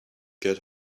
get